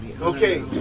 Okay